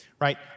Right